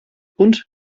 und